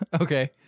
okay